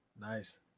Nice